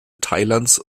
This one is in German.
thailands